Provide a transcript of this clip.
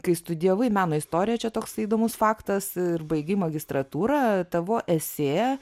kai studijavai meno istoriją čia toks įdomus faktas ir baigei magistratūrą tavo esė